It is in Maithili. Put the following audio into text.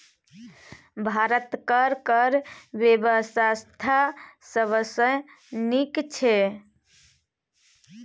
भारतक कर बेबस्था सबसँ नीक छै